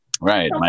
right